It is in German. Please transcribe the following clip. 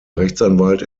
rechtsanwalt